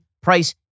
price